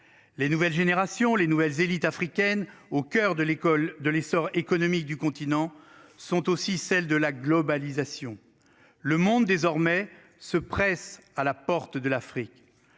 Les nouvelles générations, les nouvelles élites africaines au coeur de l'école de l'essor économique du continent sont aussi celles de la globalisation. Le monde désormais se pressent à la porte de l'Afrique,